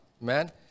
man